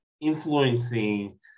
influencing